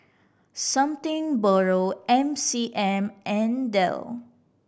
Something Borrow M C M and Dell